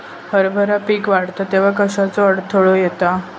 हरभरा पीक वाढता तेव्हा कश्याचो अडथलो येता?